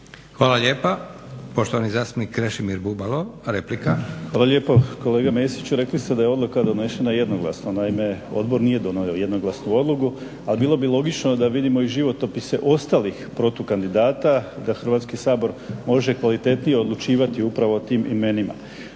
Hvala lijepa. Poštovani zastupnik Krešimir Bubalo, replika. **Bubalo, Krešimir (HDSSB)** Hvala lijepo. Kolega Mesić rekli ste da je odluka donesena jednoglasno. Naime odbor nije donio jednoglasnu odluku a bilo bi i logično da vidimo i životopise ostalih protukandidata, da Hrvatski sabor može kvalitetnije odlučivati upravo o tim imenima.